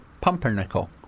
Pumpernickel